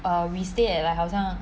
err we stay at like 好像